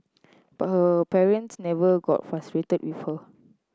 but her parents never got frustrated with her